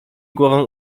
głową